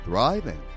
Thriving